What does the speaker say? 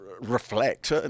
Reflect